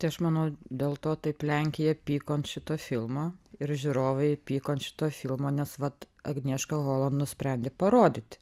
tai aš manau dėl to taip lenkija pyko ant šito filmo ir žiūrovai pyko ant šito filmo nes vat agnieška holon nusprendė parodyti